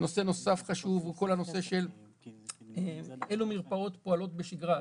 נושא נוסף חשוב הוא כל הנושא של אלו מרפאות פועלות בשגרה.